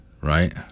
right